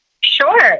Sure